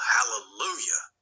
Hallelujah